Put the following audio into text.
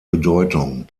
bedeutung